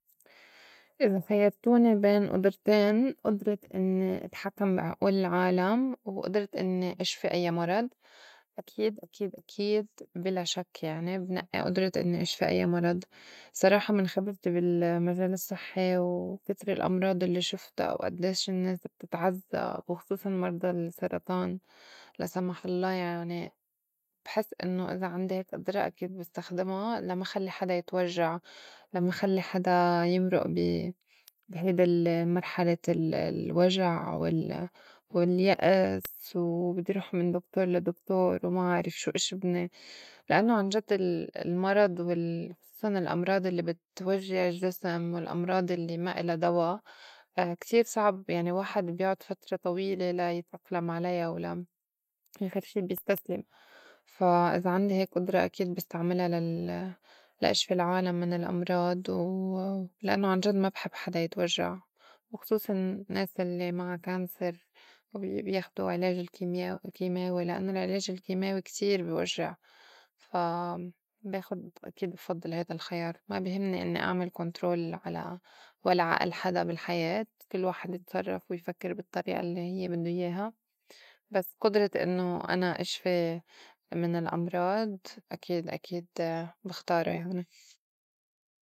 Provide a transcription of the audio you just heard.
إذا خيّرتوني بين أُدرتين قدرة إنّي اتحكّم بعئول العالم و قدرة إنّي اشفي أيّا مرض أكيد أكيد أكيد بِلا شك يعني بنئّي قدرة إنّي اشفي أيّا مرض. صراحة من خبرتي بالمجال الصحّي وكتر الأمراض اللّي شفتا و أدّيش النّاس بتتعزّب و خصوصاً مرضى السّرطان. لا سمح الله يعني بحس إنّو إذا عندي هيك قدرة أكيد بستخدما لا ما خلّي حدا يتوجّع، لا ما خلّي حدا يمرُق بي- بي هيدا ال- المرحلة ال- الوجع وال- واليأس، وبدّي روح من دكتور لا دكتور، وما عارف شو اشبني لأنوا عنجد ال- المرض وال خصوصاً الأمراض الّي بتوجّع الجّسم والأمراض اللّي ما إلا دوا اكتير صعب يعني واحد بيُعُّد فترة طويلة لا يتأقلم عليا ولا آخر شي بيستسلم. فا إذا عندي هيك قدرة أكيد بستعملها لل- لأشفي العالم من الأمراض و ولإنّو عنجد ما بحب حدا يتوجّع وخصوصاً النّاس الّي معا cancer بيا- بياخدو علاج الكيميا الكيماوي لإنّو العلاج الكيماوي كتير بوجّع. فا باخُد أكيد بفضّل هيدا الخيار، ما بهمني إنّي أعمل control على ولا عقل حدا بالحياة كل واحد يتصرّف ويفكّر بالطّريئة الّي هيّ بدّو ياها. بس قُدرة إنّو أنا اشفي من الأمراض أكيد أكيد بختارا يعني.